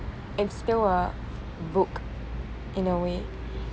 it's still a book in a way